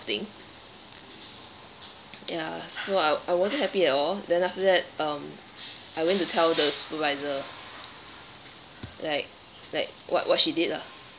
thing ya so I I wasn't happy at all then after that um I went to tell the supervisor like like what what she did lah